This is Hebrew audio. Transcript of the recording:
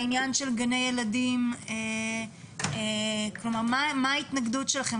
העניין של גני ילדים מה ההתנגדות שלכם?